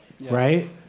Right